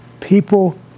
People